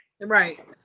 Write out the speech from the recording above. right